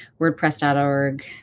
wordpress.org